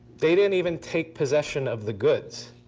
they didn't even take possession of the goods.